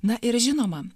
na ir žinoma